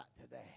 today